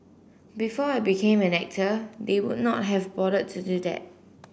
before I became an actor they would not have bothered to do that